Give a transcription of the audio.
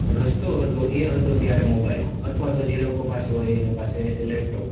રસ્તો હતો એ હતો ત્યારે મોબાઈલ અથવા તો જે લોકો પાસે હોય એનો પાસે લેપટોપ